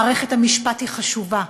מערכת המשפט היא חשובה,